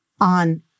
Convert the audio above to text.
on